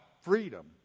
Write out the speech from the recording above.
freedom